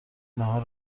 ناهار